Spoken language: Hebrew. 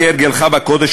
כהרגלך בקודש,